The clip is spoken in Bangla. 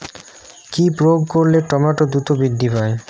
কি প্রয়োগ করলে টমেটো দ্রুত বৃদ্ধি পায়?